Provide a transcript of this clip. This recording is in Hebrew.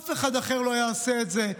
אף אחד אחר לא יעשה את זה.